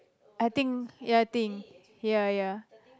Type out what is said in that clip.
I think ya I think ya ya